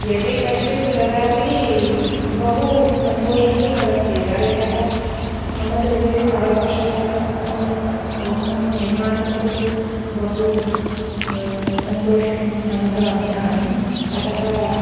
यदि कश्चित् ददाति बहु सन्तोषस्तु भवत्येव यतः मम कृते करकुशलवस्तून् वस्तून् निर्मातुं तु बहु सन्तोषम् अनुभवामि अहम् अतः